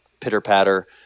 pitter-patter